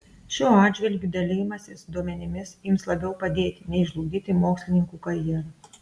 šiuo atžvilgiu dalijimasis duomenimis ims labiau padėti nei žlugdyti mokslininkų karjerą